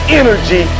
energy